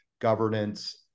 governance